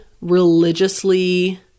religiously